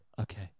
Okay